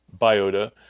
biota